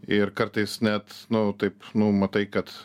ir kartais net nu taip nu matai kad